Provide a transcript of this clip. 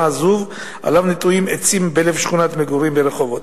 עזוב שעליו נטועים עצים בלב שכונת מגורים ברחובות.